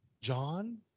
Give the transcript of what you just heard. John